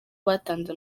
batanze